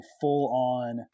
full-on –